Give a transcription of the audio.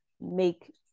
make